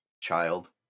child